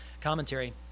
commentary